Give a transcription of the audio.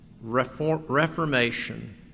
reformation